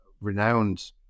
renowned